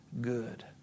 good